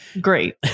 Great